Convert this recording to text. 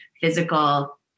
physical